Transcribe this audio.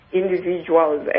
individuals